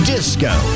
Disco